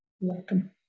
Welcome